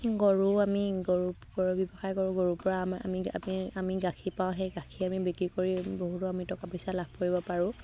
গৰু আমি গৰু গৰু ব্যৱসায় কৰোঁ গৰুৰ পৰা আমি আমি আমি গাখীৰ পাওঁ সেই গাখীৰ আমি বিক্ৰী কৰি বহুতো আমি টকা পইচা লাভ কৰিব পাৰোঁ